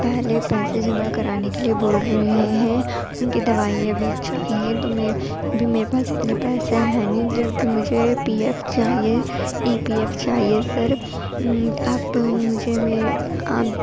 پہلے پیسے جمع کرانے کے لیے بول رہے ہیں ان کی دوائیاں بھی چاہیے تو میں ابھی میرے پاس اتنے پیسے ہیں نہیں جو کہ مجھے پی ایف چاہیے ای پی ایف چاہیے سر آپ مجھے میں آپ